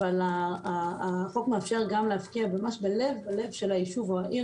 אבל החוק מאפשר גם להפקיע ממש בלב ליבו של היישוב או העיר.